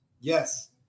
Yes